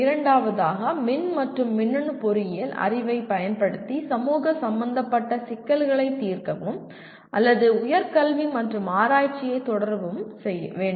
இரண்டாவதாக மின் மற்றும் மின்னணு பொறியியல் அறிவைப் பயன்படுத்தி சமூக சம்பந்தப்பட்ட சிக்கல்களைத் தீர்க்கவும் அல்லது உயர் கல்வி மற்றும் ஆராய்ச்சியைத் தொடரவும் வேண்டும்